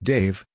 Dave